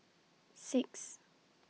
six